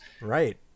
Right